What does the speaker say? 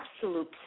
absolute